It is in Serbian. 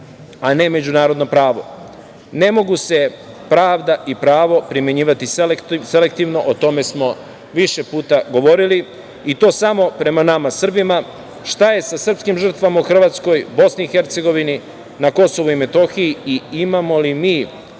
a ne međunarodno pravo. Ne mogu se pravda i pravo primenjivati selektivno. O tome smo više puta govorili i to samo prema nama Srbima. Šta je sa srpskim žrtvama u Hrvatskoj, BiH, na KiM i imamo li mi